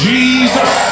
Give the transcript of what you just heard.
Jesus